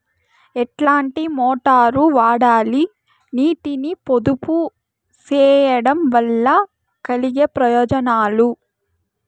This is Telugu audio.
ఎట్లాంటి మోటారు వాడాలి, నీటిని పొదుపు సేయడం వల్ల కలిగే ప్రయోజనాలు?